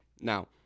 Now